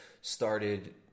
started –